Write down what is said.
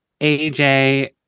aj